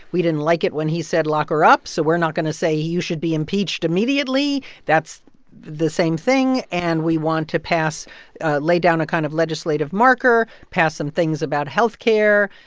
we didn't like it when he said lock her up, so we're not going to say you should be impeached immediately that's the same thing, and we want to pass lay down a kind of legislative marker, pass some things about health care,